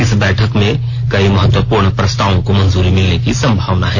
इस बैठक में कई महत्वपूर्ण प्रस्तावों को मंजूरी मिलने की संभावना है